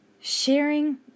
Sharing